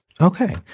Okay